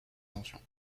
fonctions